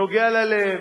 נוגע ללב,